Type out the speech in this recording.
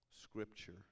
scripture